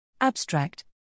Abstract